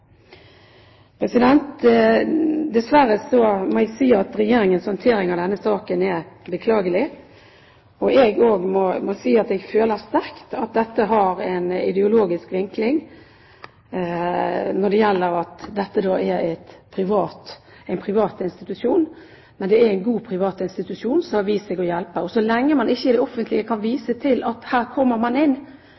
må jeg si at Regjeringens håndtering av denne saken er beklagelig, og jeg må også si at jeg føler sterkt at det har en ideologisk vinkling siden dette gjelder en privat institusjon. Men det er en god privat institusjon, som har vist seg å hjelpe. Og så lenge man ikke i det offentlige kan